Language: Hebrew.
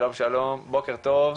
שלום, בוקר טוב.